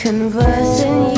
Conversing